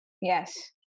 yes